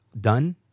done